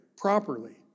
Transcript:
Properly